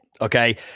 Okay